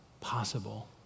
possible